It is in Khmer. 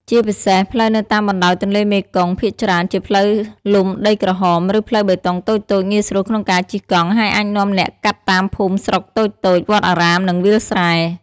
ជាពិសេស ផ្លូវនៅតាមបណ្តោយទន្លេមេគង្គភាគច្រើនជាផ្លូវលំដីក្រហម ឬផ្លូវបេតុងតូចៗងាយស្រួលក្នុងការជិះកង់ ហើយអាចនាំអ្នកកាត់តាមភូមិស្រុកតូចៗ វត្តអារាម និងវាលស្រែ។